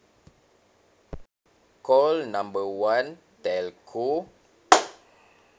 call number one telco